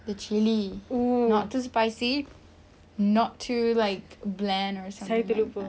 the chilli not too spicy not too like bland or something like that